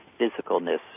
physicalness